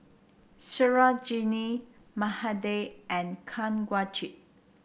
Sarojini Mahade and Kanwaljit